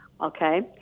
Okay